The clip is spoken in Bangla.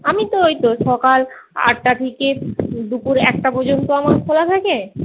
আমি তো ওই তো সকাল আটটা থেকে দুপুর একটা পর্যন্ত আমার খোলা থাকে